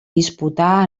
disputar